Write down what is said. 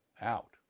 out